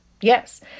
yes